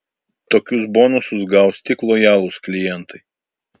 tokius bonusus gaus tik lojalūs klientai